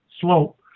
slope